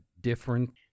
different